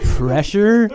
pressure